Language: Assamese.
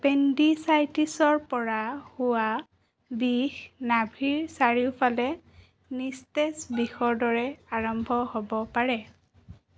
এপেণ্ডিচাইটিছৰ পৰা হোৱা বিষ নাভিৰ চাৰিওফালে নিস্তেজ বিষৰ দৰে আৰম্ভ হ'ব পাৰে